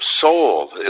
soul